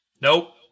nope